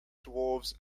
dwarves